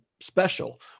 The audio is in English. special